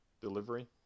delivery